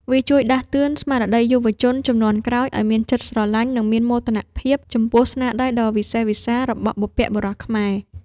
វាជួយដាស់តឿនស្មារតីយុវជនជំនាន់ក្រោយឱ្យមានចិត្តស្រឡាញ់ និងមានមោទនភាពចំពោះស្នាដៃដ៏វិសេសវិសាលរបស់បុព្វបុរសខ្លួន។